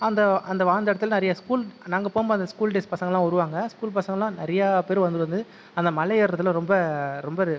அந்த அந்த வாழ்ந்த இடத்துல நிறைய ஸ்கூல் நாங்கள் போகும் போது அந்த ஸ்கூல் டேஸ் பசங்கெல்லாம் வருவாங்க ஸ்கூல் பசங்கெலாம் நிறையா பேர் வந்து வந்து அந்த மலையேறதில் ரொம்ப ரொம்ப